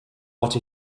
what